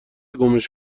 گمش